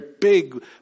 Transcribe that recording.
big